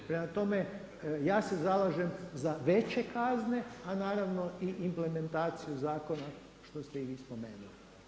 Prema tome, ja se zalažem za veće kazne a naravno i implementaciju zakona što ste i vi spomenuli.